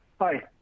Hi